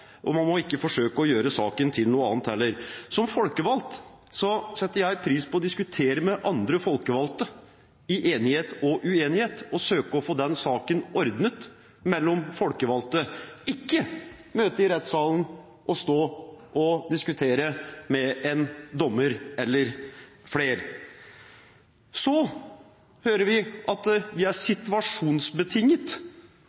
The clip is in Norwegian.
Man må ikke forsøke å gjøre saken til noe annet. Som folkevalgt setter jeg pris på å diskutere med andre folkevalgte, i enighet og uenighet, og søke å få saken ordnet mellom folkevalgte – ikke å møte i rettsalen og stå og diskutere med en dommer eller flere. Vi hører at vi er